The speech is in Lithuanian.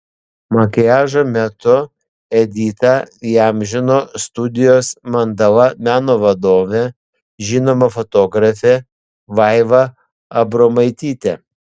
makiažo metu editą įamžino studijos mandala meno vadovė žinoma fotografė vaiva abromaitytė